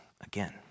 again